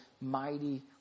mighty